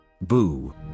Boo